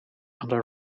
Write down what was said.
under